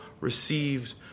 received